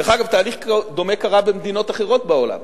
דרך אגב, תהליך דומה קרה במדינות אחרות בעולם,